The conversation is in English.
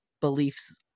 beliefs